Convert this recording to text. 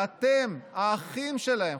ואתם האחים שלהם.